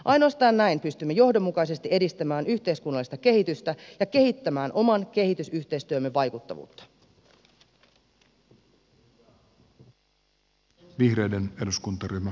ainoastaan näin pystymme johdonmukaisesti edistämään yhteiskunnallista kehitystä ja kehittämään oman kehitysyhteistyömme vaikuttavuutta